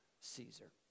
Caesar